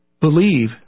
believe